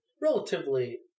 Relatively